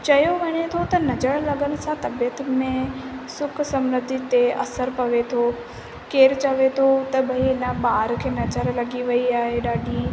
चयो वञे थो त नज़रु लॻण सां तबियत में सुख समृधि ते असर पवे थो केरु चवे थो त भई हिन ॿार खे नज़रु लॻी वई आहे ॾाढी